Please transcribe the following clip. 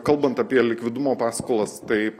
kalbant apie likvidumo paskolas taip